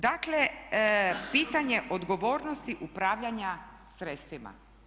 Dakle, pitanje odgovornosti upravljanja sredstvima.